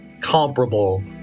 comparable